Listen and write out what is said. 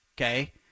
okay